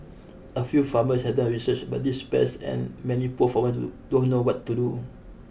a few farmers have done research about these pests and many poor farmers do don't know what to do